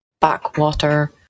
backwater